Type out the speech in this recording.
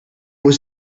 was